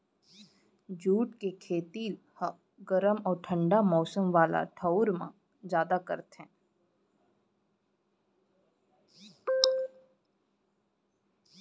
jute के खेती ह गरम अउ ठंडा मौसम वाला ठऊर म जादा करथे